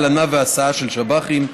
הלנה והסעה של שב"חים,